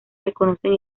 desconocen